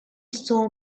saw